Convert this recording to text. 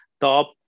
top